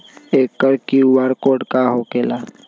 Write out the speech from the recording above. एकर QR code का होकेला?